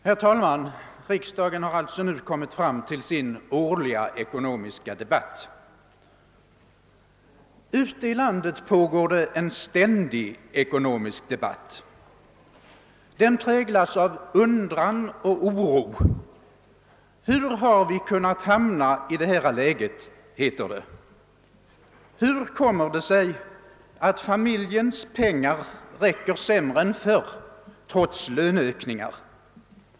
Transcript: Herr talman! Riksdagen har nu kommit fram till sin årliga ekonomiska debatt. Ute i landet pågår en ständig ekonomisk debatt. Den präglas av undran och oro. Hur har vi kunnat hamna i detta läge? heter det. Hur kommer det sig att familjens pengar räcker sämre än förr trots löneökningar?